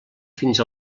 fins